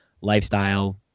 lifestyle